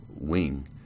wing